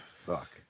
fuck